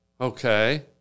Okay